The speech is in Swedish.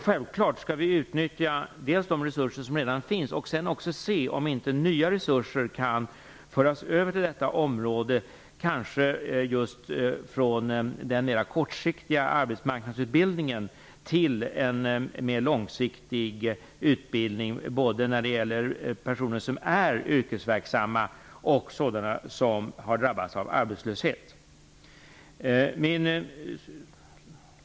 Självfallet skall vi dels utnyttja de resurser som redan finns, dels undersöka om inte nya resurser kan föras över till detta område - det kan kanske ske från den mer kortsiktiga arbetsmarknadsutbildningen till den mer långsiktiga utbildningen både för personer som är yrkesverksamma och för personer som drabbats av arbetslöshet.